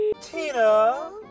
Tina